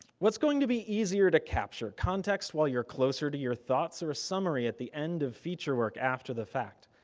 what's going to be easier to capture, context while you're closer to your thoughts or a summary at the end of feature work after the fact?